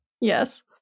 Yes